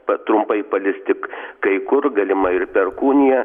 pa trumpai palis tik kai kur galima ir perkūnija